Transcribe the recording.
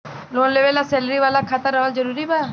Loan लेवे ला salary वाला खाता रहल जरूरी बा?